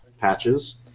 patches